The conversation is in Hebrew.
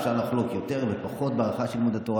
אפשר לחלוק יותר ופחות בהערכה של לימוד התורה,